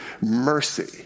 mercy